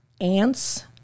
ants